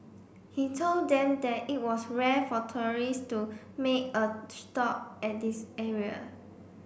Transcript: he told them that it was rare for tourist to make a stop at this area